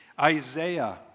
Isaiah